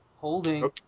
Holding